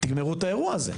תגמרו את האירוע הזה.